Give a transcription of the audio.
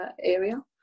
area